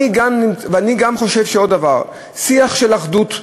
אני גם חושב עוד דבר: שיח של אחדות.